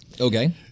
Okay